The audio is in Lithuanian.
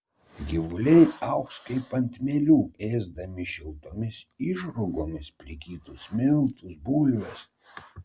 gyvuliai augs kaip ant mielių ėsdami šiltomis išrūgomis plikytus miltus bulves